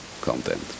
content